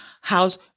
how's